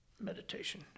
Meditation